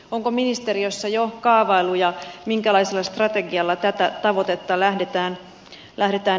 onko ministeriössä jo kaavailuja minkälaisella strategialla tätä tavoitetta lähdetään edistämään